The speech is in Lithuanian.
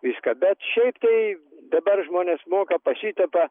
viską bet šiaip tai dabar žmonės moka pasitepa